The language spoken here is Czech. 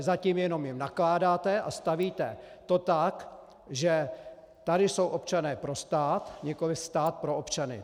Zatím jim jenom nakládáte a stavíte to tak, že tady jsou občané pro stát, a nikoliv stát pro občany.